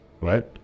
Right